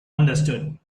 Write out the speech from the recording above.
understood